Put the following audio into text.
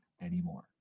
anymore